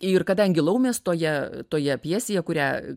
ir kadangi laumės toje toje pjesėje kurią